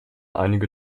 einige